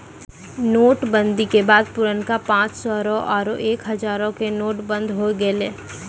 note बंदी के बाद पुरनका पांच सौ रो आरु एक हजारो के नोट बंद होय गेलै